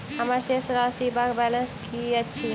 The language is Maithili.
हम्मर शेष राशि वा बैलेंस की अछि?